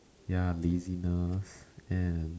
ya laziness and